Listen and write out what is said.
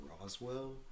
Roswell